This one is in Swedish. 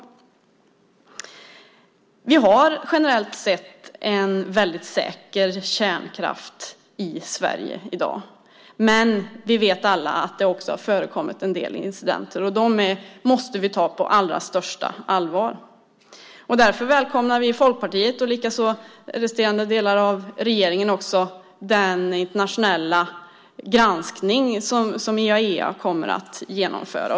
Vi har generellt sett en väldigt säker kärnkraft i Sverige i dag, men vi vet alla att det också har förekommit en del incidenter. Dem måste vi ta på allra största allvar. Därför välkomnar vi i Folkpartiet och likaså övriga delar av regeringen den internationella granskning som IAEA kommer att genomföra.